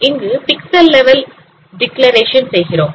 இங்கு pixel level declaration செய்கிறோம்